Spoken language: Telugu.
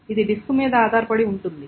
ఇది డిస్క్ మీద ఆధారపడి ఉంటుంది